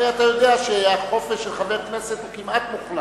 הרי אתה יודע שהחופש של חבר כנסת הוא כמעט מוחלט.